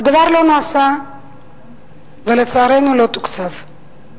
הדבר לא נעשה ולצערנו לא תוקצב.